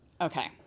Okay